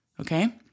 Okay